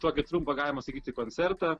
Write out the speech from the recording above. tokį trumpą galima sakyti koncertą